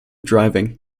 driving